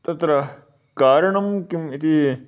तत्र कारणं किम् इति